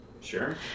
Sure